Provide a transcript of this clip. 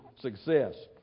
success